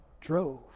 drove